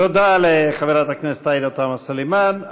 תודה לחברת הכנסת עאידה תומא סלימאן.